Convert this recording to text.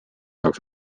jaoks